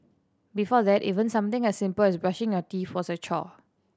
before that even something as simple as brushing our teeth was a chore